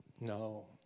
No